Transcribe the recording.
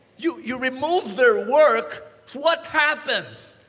you you remove their work so what happens?